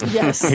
Yes